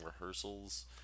rehearsals